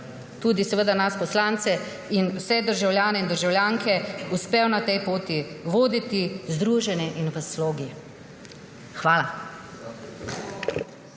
tudi nas poslance in vse državljane in državljanke uspel na tej poti voditi združene in v slogi. Hvala.